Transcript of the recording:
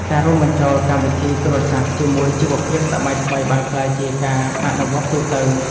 ការរួមបញ្ចូលកម្មវិធីទូរសព្ទជាមួយជីវភាពសម័យថ្មី បានក្លាយជាការអនុវត្តទូទៅ។